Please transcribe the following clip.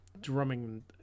drumming